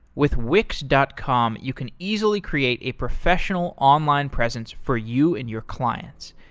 with wix dot com, you can easily create a professional online presence for you and your clients.